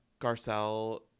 Garcelle